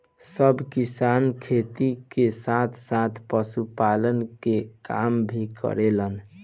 सब किसान खेती के साथ साथ पशुपालन के काम भी करेलन